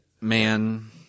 Man